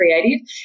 creative